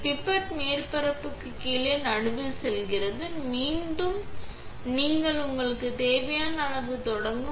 Pipette மேற்பரப்புக்கு கீழே நடுவில் செல்கிறது மற்றும் நீங்கள் உங்களுக்கு தேவையான அளவு தொடங்கும்